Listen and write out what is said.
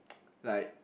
like